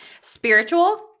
spiritual